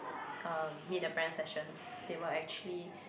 um meet the parent sessions they were actually